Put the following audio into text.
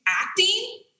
acting